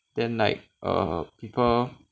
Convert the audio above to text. then like err people